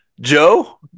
Joe